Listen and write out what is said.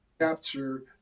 capture